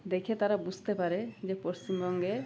দেখে তারা বুঝতে পারে যে পশ্চিমবঙ্গে